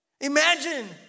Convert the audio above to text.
Imagine